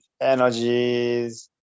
energies